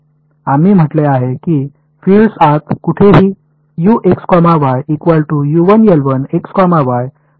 आम्ही म्हटले आहे की फील्ड आत कुठेही आहे बरोबर